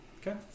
Okay